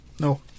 no